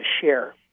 share